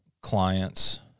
clients